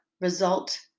result